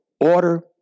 order